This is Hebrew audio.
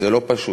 זה לא פשוט,